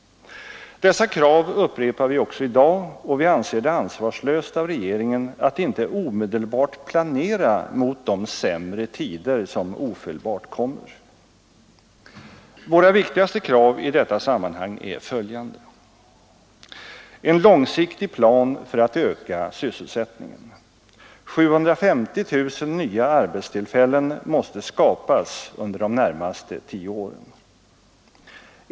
Dessa krav upprepar vi också i dag och vi anser det ansvarslöst av regeringen att inte omedelbart planera inför de sämre tider som ofelbart kommer. Våra viktigaste krav i detta sammanhang är följande: En långsiktig plan för att öka sysselsättningen. 750 000 nya arbetstillfällen måste skapas under de närmaste tio åren.